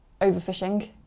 overfishing